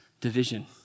division